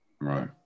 Right